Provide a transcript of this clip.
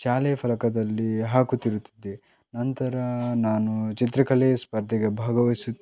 ಶಾಲೆಯ ಫಲಕದಲ್ಲಿ ಹಾಕಿರುತ್ತಿದ್ದೆ ನಂತರ ನಾನು ಚಿತ್ರಕಲೆ ಸ್ಪರ್ಧೆಗೆ ಭಾಗವಹಿಸುತ್ತಿದ್ದೆ